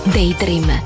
Daydream